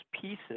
pieces